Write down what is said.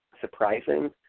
surprising